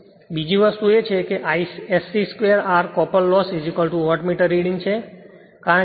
બીજી વસ્તુ એ છે કે Isc 2 R copper loss wattmeter reading છે